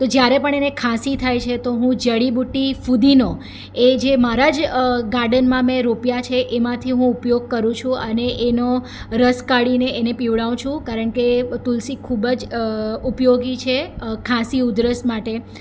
તો જ્યારે પણ એને ખાંસી થાય છે તો હું જડીબુટ્ટી ફુદીનો એ જે મારા જ ગાર્ડનમાં મેં રોપ્યા છે એમાંથી હું ઉપયોગ કરું છું અને એનો રસ કાઢીને એને પીવડાવું છું કારણ કે તુલસી ખૂબ જ ઉપયોગી છે ખાંસી ઉધરસ માટે